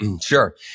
Sure